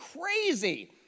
crazy